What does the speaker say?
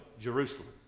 Jerusalem